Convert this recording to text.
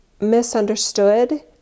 misunderstood